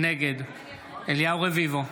נגד אליהו רביבו,